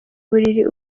buriri